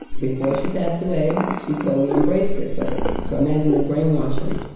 before she passed away, she totally embraced it. but so imagine the brainwashing